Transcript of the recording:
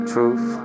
Truth